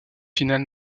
finale